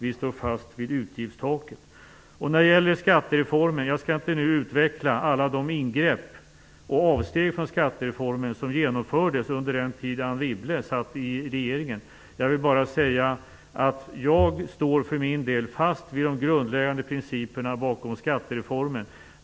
Vi står fast vid utgiftstaket. När det gäller skattereformen skall jag nu inte utveckla alla de ingrepp i och avsteg från den skattereform som genomfördes under Anne Wibbles tid i regeringen. Jag vill bara säga att jag för min del står fast vid de grundläggande principerna bakom skattereformen.